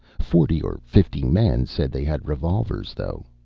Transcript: forty or fifty men said they had revolvers, though.